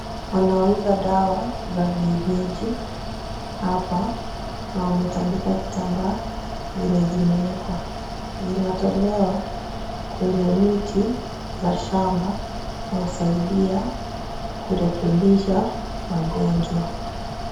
Wanauza dawa za vienyeji hapa na wametandika kitambaa zenye zimeewekwa. Zimetolewa kwenye miti za shamba na husaidia kurekebisha magonjwa.